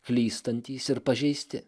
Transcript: klystantys ir pažeisti